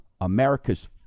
America's